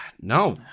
no